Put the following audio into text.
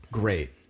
great